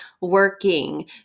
working